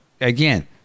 again